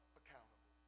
accountable